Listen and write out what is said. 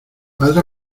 madre